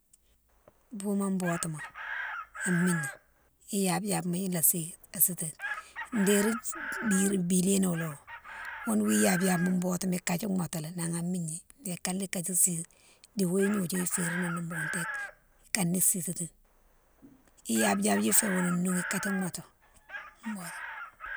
Bouma bodouma a migna, iyabe yabe ma laséye lasétini, déri biléwo, ghounne wo iyabe iyabe botouma ikadji motou nan ha migna, ikane lé kadji sire di wouye gnodiou iférine noungma bountéke, ikane né sitatini, iyabe iyabe fé wounne noung kandji motou, botou.